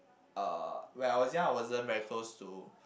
uh when I was young I wasn't very close to